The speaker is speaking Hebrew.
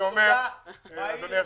אדוני היושב-ראש,